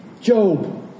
Job